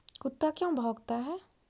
कुत्ता क्यों भौंकता है?